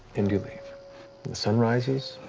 and you leave. the sun rises,